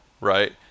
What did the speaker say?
right